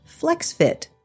FlexFit